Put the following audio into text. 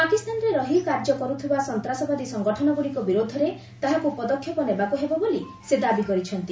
ପାକିସ୍ତାନରେ ରହି କାର୍ଯ୍ୟ କରୁଥିବା ସନ୍ତାସବାଦୀ ସଂଗଠନଗୁଡ଼ିକ ବିରୁଦ୍ଧରେ ତାହାକୁ ପଦକ୍ଷେପ ନେବାକୁ ହେବ ବୋଲି ସେ ଦାବି କରିଛନ୍ତି